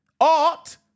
art